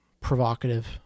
provocative